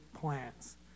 plans